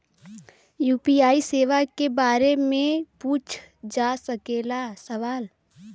UPI सेवा के बारे में पूछ जा सकेला सवाल?